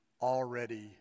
already